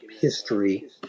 history